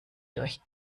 durch